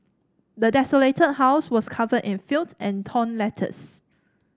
the desolated house was covered in filth and torn letters